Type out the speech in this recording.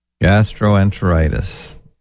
gastroenteritis